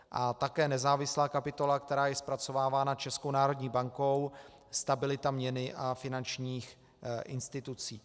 A také nezávislá kapitola, která je zpracovávána Českou národní bankou, stabilita měny a finančních institucí.